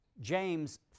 James